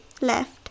left